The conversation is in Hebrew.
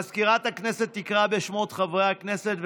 מזכירת הכנסת תקרא בשמות חברי הכנסת,